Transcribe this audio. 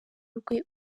urwe